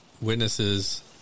witnesses